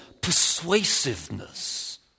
persuasiveness